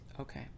Okay